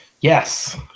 Yes